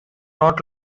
not